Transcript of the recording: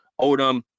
Odom